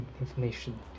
information